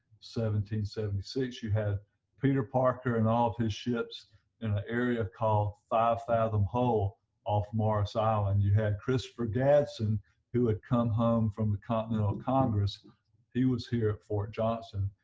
seventy seventy six you had peter parker and all of his ships in an area called five fathom hole off morris island you had christopher gadson who had come home from the continental congress he was here at fort johnson.